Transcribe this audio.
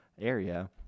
area